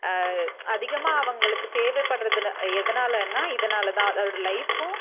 அதிகமாக அவங்களுக்கு தேவைப்படுறது எதனாலன்னால் இதனால்தான் அதோடய லைஃபும்